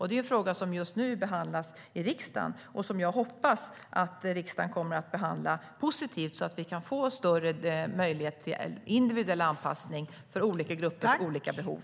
Det är en fråga som just nu behandlas i riksdagen och som jag hoppas att riksdagen kommer att behandla positivt, så att vi kan få en större möjlighet till individuell anpassning utifrån olika gruppers olika behov.